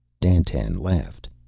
dandtan laughed.